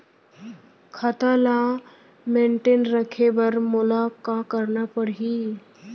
खाता ल मेनटेन रखे बर मोला का करना पड़ही?